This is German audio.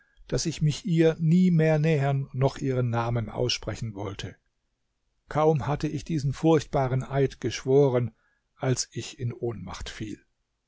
daß ich mich ihr nie mehr nähern noch ihren namen aussprechen wollte kaum hatte ich diesen furchtbaren eid geschworen als ich in ohnmacht fiel